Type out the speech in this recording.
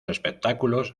espectáculos